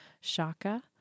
Shaka